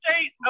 state